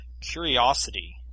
Curiosity